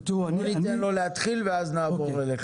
בוא ניתן לו להתחיל ואז נעבור אלייך.